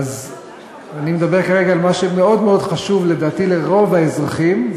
אני מדבר כרגע על מה שמאוד מאוד חשוב לדעתי לרוב האזרחים,